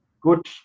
good